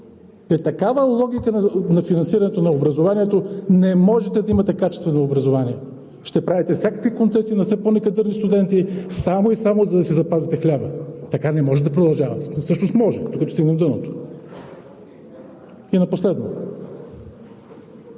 такава логика на финансирането на образованието не можете да имате качествено образование. Ще правите всякакви концесии на все по-некадърни студенти само и само за да си запасите хляба. Така не може да продължава. Всъщност може, докато стигнем дъното. И последно,